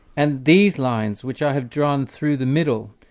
and these lines, which i have drawn through the middle,